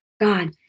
God